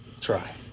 Try